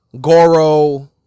Goro